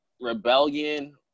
rebellion